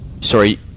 Sorry